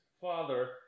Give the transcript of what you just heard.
father